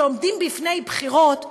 כשעומדים שם בפני בחירות,